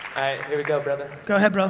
here we go, brother. go ahead, bro.